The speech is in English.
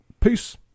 Peace